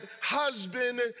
husband